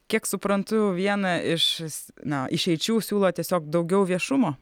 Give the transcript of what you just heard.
kiek suprantu vieną iš na išeičių siūlo tiesiog daugiau viešumo